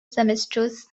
semesters